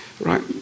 right